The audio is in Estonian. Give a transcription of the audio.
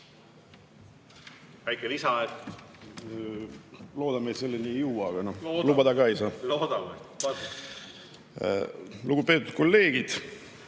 Loodame, et selleni ei jõua, aga lubada ka ei saa. Lugupeetud kolleegid!